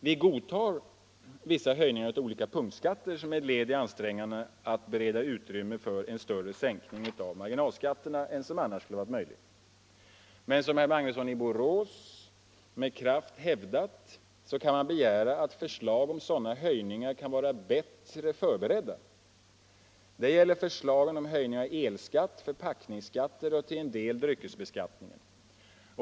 Vi godtar vissa höjningar av olika punktskatter som ett led i ansträngningarna att bereda utrymme för en större sänkning av marginalskatterna än som annars skulle vara möjlig. Men som herr Magnusson i Borås med kraft hävdat kan man begära att förslag om sådana höjningar kan vara bättre förberedda. Detta gäller förslagen om höjning av el-skatt, förpackningsskatter och till en del dryckesbeskattningen.